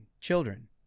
children